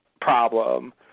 problem